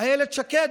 איילת שקד.